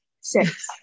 Six